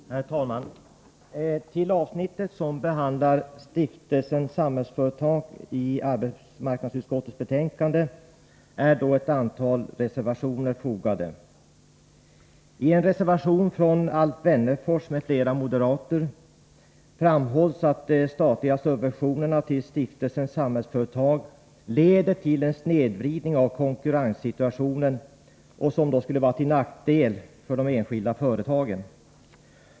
Herr talman! Till det avsnitt som behandlar Stiftelsen Samhällsföretag i arbetsmarknadsutskottets betänkande 19 är ett antal reservationer fogade. I en reservation från Alf Wennerfors m.fl. moderater framhålls att de statliga subventionerna till Stiftelsen Samhällsföretag leder till en snedvridning av konkurrenssituationen som skulle vara till nackdel för de enskilda företagen.